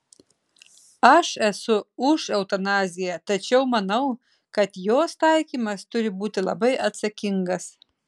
aš esu už eutanaziją tačiau manau kad jos taikymas turi būti labai atsakingas